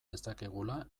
dezakegula